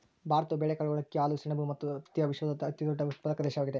ಭಾರತವು ಬೇಳೆಕಾಳುಗಳು, ಅಕ್ಕಿ, ಹಾಲು, ಸೆಣಬು ಮತ್ತು ಹತ್ತಿಯ ವಿಶ್ವದ ಅತಿದೊಡ್ಡ ಉತ್ಪಾದಕ ದೇಶವಾಗಿದೆ